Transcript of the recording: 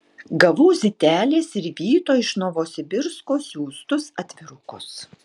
gavau zitelės ir vyto iš novosibirsko siųstus atvirukus